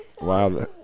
wow